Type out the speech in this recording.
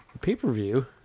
pay-per-view